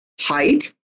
height